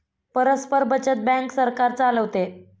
परस्पर बचत बँक सरकार चालवते